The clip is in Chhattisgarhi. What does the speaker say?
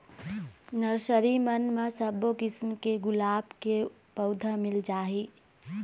नरसरी मन म सब्बो किसम के गुलाब के पउधा मिल जाही